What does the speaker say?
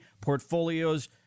portfolios